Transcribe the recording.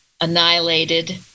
annihilated